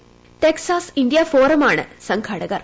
Texas India ഫോറമാണ് സംഘാടകർ